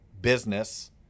business